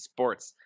Sports